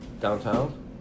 downtown